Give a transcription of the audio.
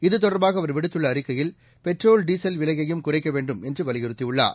இதுதொடர்பாக அவர் விடுத்துள்ளஅறிக்கையில் பெட்ரோல் டீசல் விலையையும் குறைக்க வேண்டும் என்று வலியுறுத்தியுள்ளார்